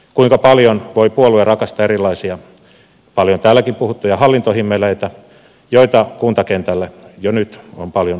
kuinka paljon voi puolue rakastaa erilaisia paljon täälläkin puhuttuja hallintohimmeleitä joita kuntakentälle jo nyt on paljon rakennettu